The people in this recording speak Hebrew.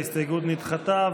ההסתייגות נדחתה.